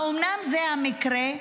האומנם זה המקרה?